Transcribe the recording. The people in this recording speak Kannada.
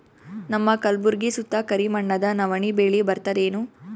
ನಮ್ಮ ಕಲ್ಬುರ್ಗಿ ಸುತ್ತ ಕರಿ ಮಣ್ಣದ ನವಣಿ ಬೇಳಿ ಬರ್ತದೇನು?